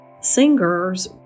singer's